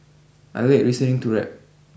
I like listening to rap